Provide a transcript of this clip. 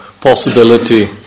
possibility